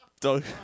doug